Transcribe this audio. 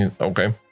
Okay